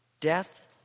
Death